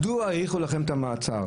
מדוע האריכו לכם את המעצר.